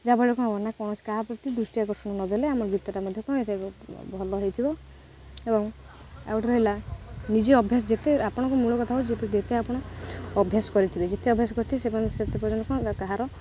ଯାହାଫଳରେ କ'ଣ ହବ ନା କ'ଣ କା ପ୍ରତି ଦୃଷ୍ଟିି ଆକର୍ଷଣ ନଦେଲେ ଆମର ଗୀତଟା ମଧ୍ୟ କ'ଣ ହେଇଥିବ ଭଲ ହେଇଥିବ ଏବଂ ଆଉ ଗୋଟେ ରହିଲା ନିଜେ ଅଭ୍ୟାସ ଯେତେ ଆପଣଙ୍କୁ ମୂଳ କଥା ହେଉଛି ଯେ ଯେତେ ଆପଣ ଅଭ୍ୟାସ କରିଥିବେ ଯେତେ ଅଭ୍ୟାସ କରିଥିବେ ସେତେପର୍ଯ୍ୟନ୍ତ କ'ଣ କାହାର